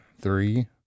three